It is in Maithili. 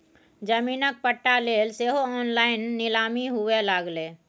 जमीनक पट्टा लेल सेहो ऑनलाइन नीलामी हुअए लागलै